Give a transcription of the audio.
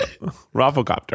Rafflecopter